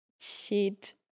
cheat